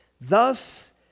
Thus